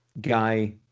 guy